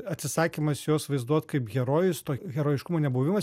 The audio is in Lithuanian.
atsisakymas juos vaizduot kaip herojus to herojiškumo nebuvimas